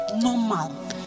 normal